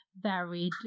varied